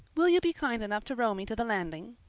will you be kind enough to row me to the landing?